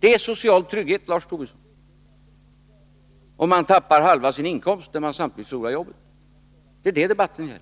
Det är inte social trygghet, Lars Tobisson, om den som förlorar sitt jobb också förlorar halva sin inkomst. Det är vad debatten gäller.